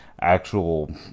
actual